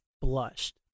blushed